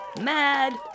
Mad